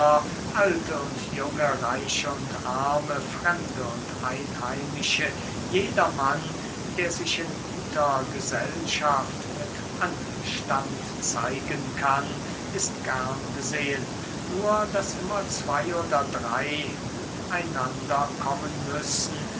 alte und junge reiche und arme fremde und einheimische jedermann der sich in guter gesellschaft mit anstand zeigen kann ist gern gesehen nur daß immer zwey oder drey mit einander kommen müssen